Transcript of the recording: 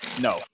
no